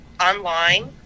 online